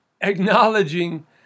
acknowledging